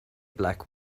black